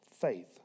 faith